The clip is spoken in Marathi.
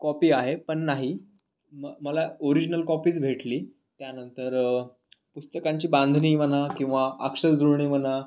कॉपी आहे पण नाही म मला ओरिजनल कॉपीच भेटली त्यानंतर पुस्तकांची बांधणी म्हणा किंवा अक्षर जुळणी म्हणा